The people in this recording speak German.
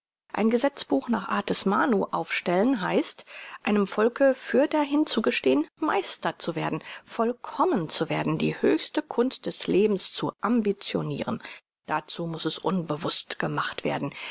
ein gesetzbuch nach art des manu aufstellen heißt einem volke fürderhin zugestehn meister zu werden vollkommen zu werden die höchste kunst des lebens zu ambitioniren dazu muß es unbewußt gemacht werden